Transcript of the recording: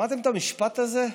שמעתם את המשפט הזה?